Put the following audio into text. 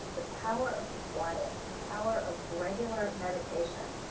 the power of quiet, the power of regular meditation,